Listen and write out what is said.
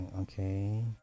okay